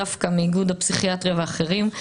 דווקא מאיגוד הפסיכיאטריה ואחרים,